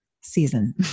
season